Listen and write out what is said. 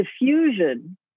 diffusion